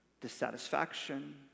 dissatisfaction